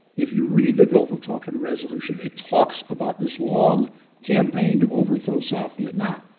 if you read the gulf of tonkin resolution, it talks about this long campaign to overthrow south vietnam.